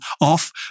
off